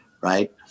Right